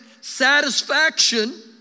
satisfaction